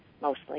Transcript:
mostly